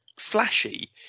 Flashy